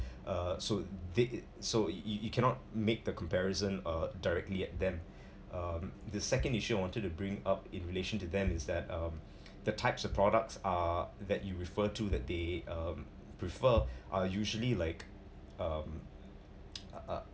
uh soon the so you you you cannot make the comparison uh directly at them um the second issue I wanted to bring up in relation to them is that um the types of products are that you refer to the they um prefer are usually like um uh